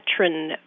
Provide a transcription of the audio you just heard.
veteran